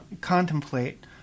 contemplate